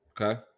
Okay